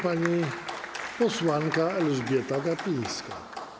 Pani posłanka Elżbieta Gapińska.